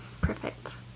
Perfect